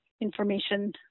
information